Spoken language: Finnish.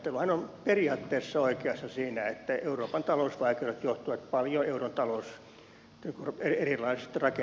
hän on periaatteessa oikeassa siinä että euroopan talousvaikeudet johtuvat paljon erilaisista rakennevioista